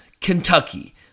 Kentucky